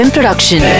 Production